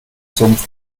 sumpf